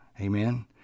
Amen